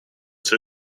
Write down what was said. two